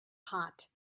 hot